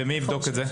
ומי יבדוק את זה?